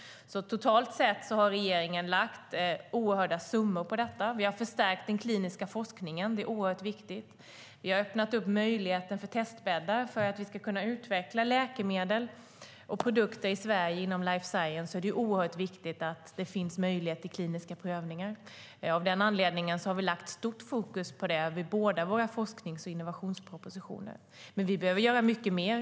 Totalt sett har regeringen lagt ned stora summor på life science. Vi har förstärkt den kliniska forskningen. Vi har öppnat upp möjligheten för testbäddar för att man ska kunna utveckla läkemedel och produkter i Sverige inom life science. Det är oerhört viktigt att det finns möjlighet till kliniska prövningar. Av den anledningen har vi satt ett stort fokus på detta i våra forsknings och innovationspropositioner. Men vi behöver göra mycket mer.